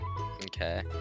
Okay